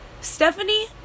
Stephanie